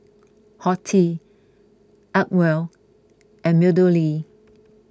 Horti Acwell and MeadowLea